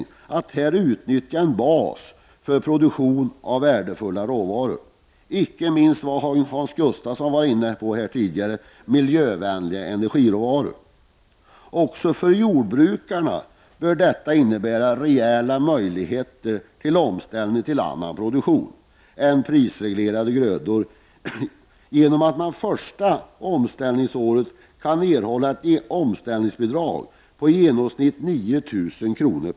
Här kan man ju utnyttja en bas för produktionen av värdefulla industriråvaror och, icke minst — som Hans Gustafsson tidigare var inne på — miljövänliga energiråvaror. Även för jordbrukare bör detta innebära rejäla möjligheter till en omställning till produktion av något annat än prisreglerade grödor genom att ett omställningsbidrag om i genomsnitt 9 000 kr.